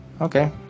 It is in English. Okay